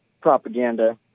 propaganda